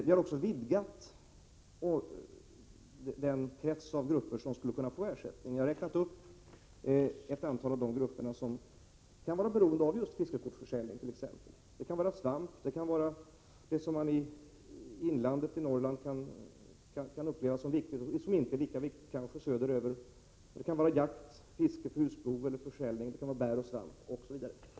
Vi har också vidgat den krets av grupper som kan få ersättning. Jag har räknat upp ett antal av de grupper som kan vara beroende av fiskekortsförsäljning och annat. Det kan gälla svampplockning och sådant som man i Norrlands inland kan uppleva som viktigt, men som inte upplevs som lika viktigt söderöver, det kan gälla jakt eller fiske för husbehov eller plockning av bär osv.